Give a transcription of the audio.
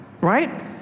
right